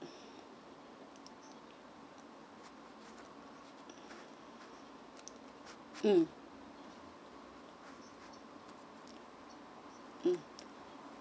mm